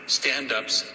stand-ups